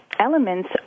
elements